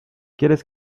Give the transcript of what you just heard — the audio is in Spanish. quieres